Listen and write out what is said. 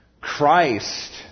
Christ